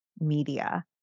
media